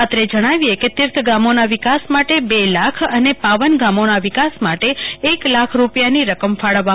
અત્રે જણાવીએ કે તીર્થ ગામોના વિકાસ માટે બે લાખ અને પાવન ગામોના વિકાસ માટે એક લાખ રૂપિયાની રકમ ફાળવવામાં આવી છે